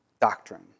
doctrine